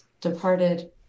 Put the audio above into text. departed